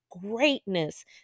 greatness